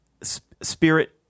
spirit